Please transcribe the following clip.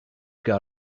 got